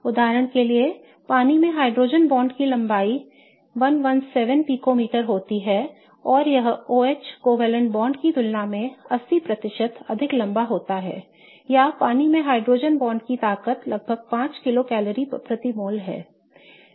उदाहरण के लिए पानी में हाइड्रोजन बॉन्ड की लंबाई 117 पिकोमीटर होती है और यह OH सहसंयोजक बॉन्ड की तुलना में 80 प्रतिशत अधिक लंबा होता है या पानी में हाइड्रोजन बॉन्ड की ताकत लगभग 5 किलो कैलोरी प्रति मोल है